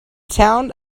town